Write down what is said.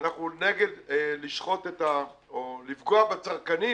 שאנחנו נגד לשחוט או לפגוע בצרכנים.